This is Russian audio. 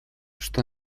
что